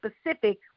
specific